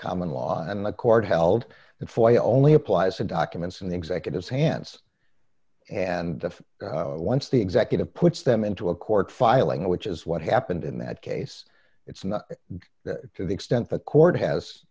common law and the court held that fly only applies to documents in the executives hands and once the executive puts them into a court filing which is what happened in that case it's not to the extent the court has